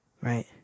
right